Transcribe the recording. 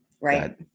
Right